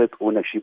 ownership